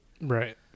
Right